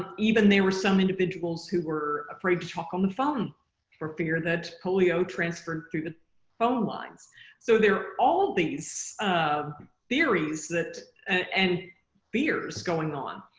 um even there were some individuals who were afraid to talk on the phone for fear that polio transferred through the phone lines so there are all these um theories that and fears going on.